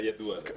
כידוע לי.